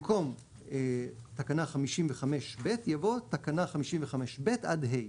במקום "תקנה 55(ב)" יבוא "תקנה 55(ב) עד (ה)".